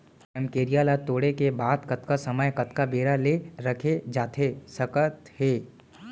रमकेरिया ला तोड़े के बाद कतका समय कतका बेरा ले रखे जाथे सकत हे?